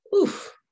oof